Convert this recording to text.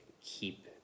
keep